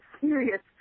serious